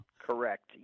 Correct